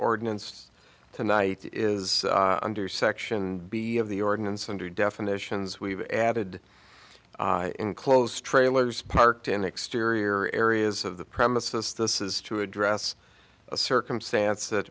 ordinance tonight is under section b of the ordinance under definitions we've added in close trailers parked in exterior areas of the premises this is to address a circumstance that